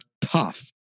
tough